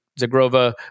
Zagrova